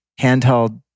handheld